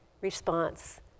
response